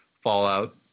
fallout